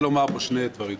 לומר פה שני דברים.